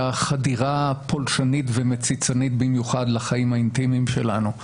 חדירה פולשנית ומציצנית במיוחד לחיים האינטימיים שלנו.